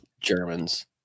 Germans